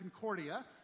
Concordia